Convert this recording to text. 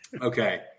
Okay